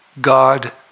God